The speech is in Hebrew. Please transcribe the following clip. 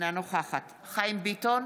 אינה נוכחת חיים ביטון,